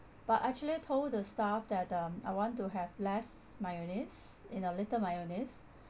but I actually told the staff that um I want to have less mayonnaise in a little mayonnaise